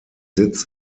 sitz